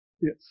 Yes